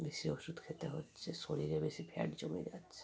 বেশি ওষুধ খেতে হচ্ছে শরীরে বেশি ফ্যাট জম যাচ্ছে